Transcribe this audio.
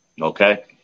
Okay